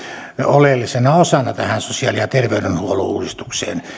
oleellisena osana tähän sosiaali ja terveydenhuollon uudistukseen